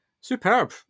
Superb